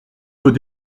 veut